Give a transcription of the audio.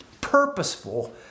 purposeful